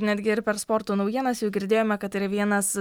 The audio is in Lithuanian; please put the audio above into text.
netgi ir per sporto naujienas jau girdėjome kad tai yra vienas